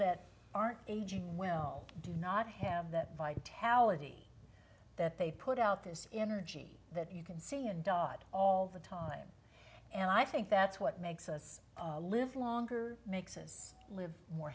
that aren't aging well do not have that vitality that they put out this energy that you can see and dot all the time and i think that's what makes us live longer makes us live more